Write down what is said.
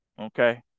Okay